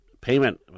Payment